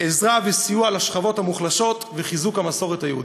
עזרה וסיוע לשכבות המוחלשות וחיזוק המסורת היהודית.